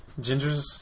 Gingers